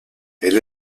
elle